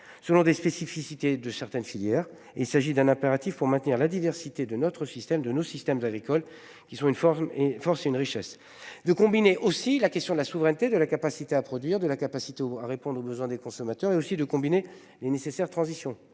selon des spécificités de certaines filières. Il s'agit d'un impératif pour maintenir la diversité de notre système de nos systèmes de l'école qui sont une forme et force c'est une richesse de combiner aussi la question de la souveraineté de la capacité à produire de la capacité à répondre aux besoins des consommateurs et aussi de combiner les nécessaires transitions